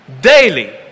Daily